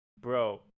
Bro